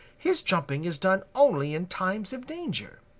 his jumping is done only in times of danger.